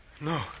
No